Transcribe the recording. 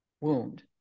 wound